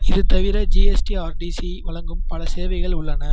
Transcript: இது தவிர ஜிஎஸ்டிஆர்டிசி வழங்கும் பல சேவைகள் உள்ளன